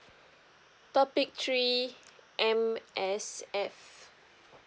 topic three M_S_F